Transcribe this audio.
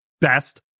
best